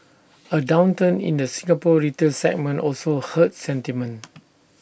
A downturn in the Singapore retail segment also hurt sentiment